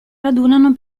radunano